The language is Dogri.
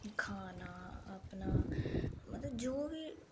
खाना अपना मतलब जो बी